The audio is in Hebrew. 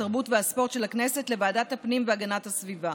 התרבות והספורט של הכנסת לוועדת הפנים והגנת הסביבה.